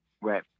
Right